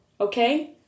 Okay